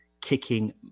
kicking